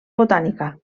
botànica